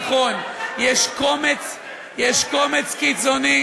נכון, יש קומץ קיצוני